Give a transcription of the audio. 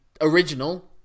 original